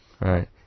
Right